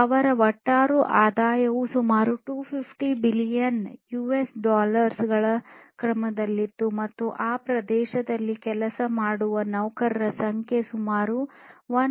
ಅವರ ಒಟ್ಟಾರೆ ಆದಾಯವು ಸುಮಾರು 250 ಬಿಲಿಯನ್ ಯುಎಸ್ ಡಾಲರ್ ಗಳ ಕ್ರಮದಲ್ಲಿತ್ತು ಮತ್ತು ಆ ಪ್ರದೇಶದಲ್ಲಿ ಕೆಲಸ ಮಾಡುವ ನೌಕರರ ಸಂಖ್ಯೆ ಸುಮಾರು 1